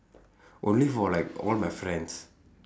only for like all my friends